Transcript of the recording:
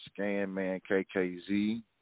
ScanManKKZ